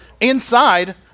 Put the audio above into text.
inside